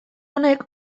honek